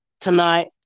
tonight